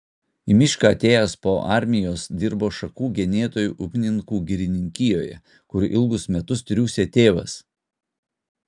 į mišką atėjęs po armijos dirbo šakų genėtoju upninkų girininkijoje kur ilgus metus triūsė tėvas